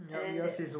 and then that